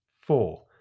Four